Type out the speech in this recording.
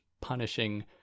punishing